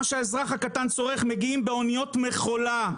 מה שהאזרח הקטן צורך מגיעים באניות מכולה,